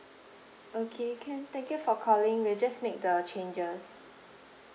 okay can thank you for calling we'll just make the changes